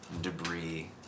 Debris